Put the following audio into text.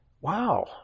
Wow